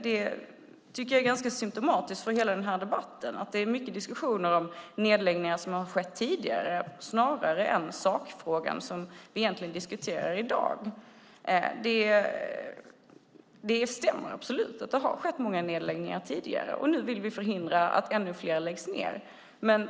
Det är symtomatiskt för hela debatten att det är många diskussioner om tidigare nedläggningar snarare än om dagens sakfråga. Det stämmer att det har skett många nedläggningar tidigare, och nu vill vi förhindra att ännu fler läggs ned.